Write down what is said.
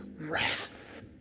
wrath